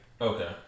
Okay